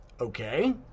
okay